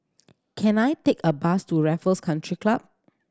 can I take a bus to Raffles Country Club